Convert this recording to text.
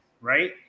right